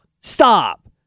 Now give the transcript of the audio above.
Stop